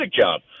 job